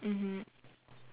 mmhmm